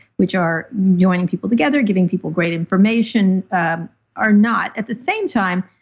which are joining people together, giving people great information ah are not. at the same time,